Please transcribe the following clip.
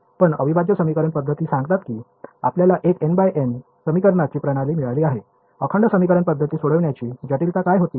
तर अविभाज्य समीकरण पद्धती सांगतात की आपल्याला एक n × n समीकरणांची प्रणाली मिळाली आहे अखंड समीकरण पद्धती सोडविण्याची जटिलता काय होती